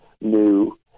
new